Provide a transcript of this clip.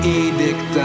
edict